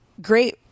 great